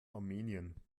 armenien